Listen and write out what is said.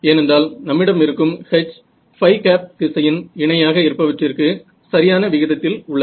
ஏனென்றால் நம்மிடம் இருக்கும் H திசையின் இணையாக இருப்பவற்றிற்கு சரியான விகிதத்தில் உள்ளது